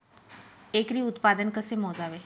एकरी उत्पादन कसे मोजावे?